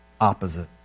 opposite